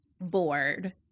bored